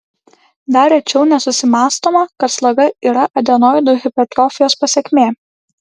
dar rečiau nesusimąstoma kad sloga yra adenoidų hipertrofijos pasekmė